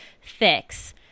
fix